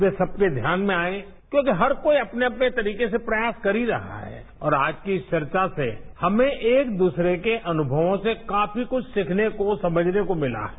वे सबके ध्यान में आए क्योंकि हर कोई अपने अपने तरीके से प्रयासकर ही रहा है और आज की इस चर्चा से हमें एक दूसरे के अनुभवों से काफी कुछ सीखने समझने को मिला है